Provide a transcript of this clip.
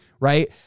right